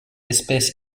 espèce